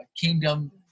Kingdom